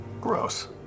Gross